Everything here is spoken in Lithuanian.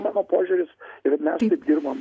mano požiūris ir mes tai dirbam